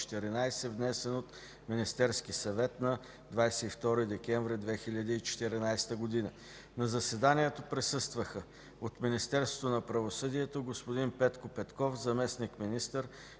внесен от Министерския съвет на 22 декември 2014 г. На заседанието присъстваха: от Министерството на правосъдието – господин Петко Петков, заместник-министър